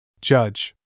Judge